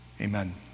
Amen